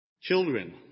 Children